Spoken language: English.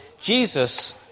Jesus